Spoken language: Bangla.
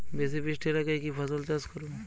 বেশি বৃষ্টি এলাকায় কি ফসল চাষ করব?